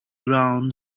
ground